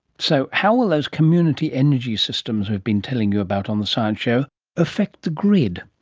so, how will those community energy systems we've been telling you about on the science show affect the grid?